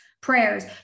prayers